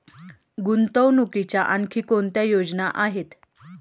गुंतवणुकीच्या आणखी कोणत्या योजना आहेत?